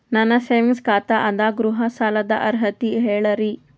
ನನ್ನ ಸೇವಿಂಗ್ಸ್ ಖಾತಾ ಅದ, ಗೃಹ ಸಾಲದ ಅರ್ಹತಿ ಹೇಳರಿ?